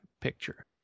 picture